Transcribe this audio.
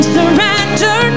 surrender